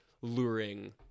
luring